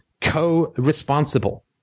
co-responsible